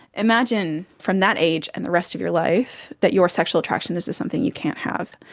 imagine from that age and the rest of your life that your sexual attraction is to something you can't have,